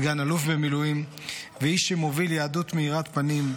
סגן אלוף במילואים ואיש שמוביל יהדות מאירת פנים.